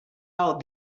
out